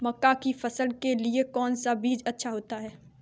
मक्का की फसल के लिए कौन सा बीज अच्छा होता है?